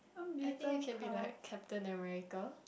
I think I can be like Captain America